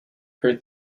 her